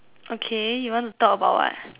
okay you want to talk about what